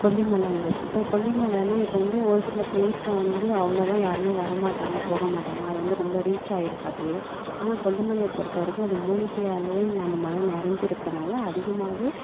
கொல்லிமலைங்கிறது இப்போ கொல்லிமலைனா இப்போ வந்து ஒரு சில பிளேஸில் வந்து அவ்வளோவா யாருமே வர மாட்டாங்க போக மாட்டாங்க அது வந்து ரொம்ப ரீச் ஆகிருக்காது இல்லையா ஆனால் கொல்லிமலைய பொறுத்தவரைக்கும் அது மூலிகையாலேயும் ந அந்த மலை நிறஞ்சி இருக்கறனால் அதிகமாகவே